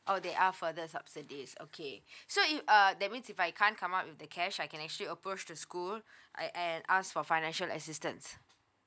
oh there are further subsidies okay so if uh that means if I can't come up with the cash I can actually approach to school I I can ask for financial assistance